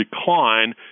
decline